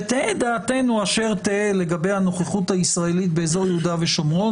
ותהא דעתנו אשר תהא לגבי הנוכחות הישראלית באזור יהודה ושומרון,